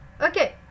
okay